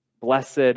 Blessed